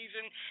season